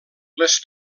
les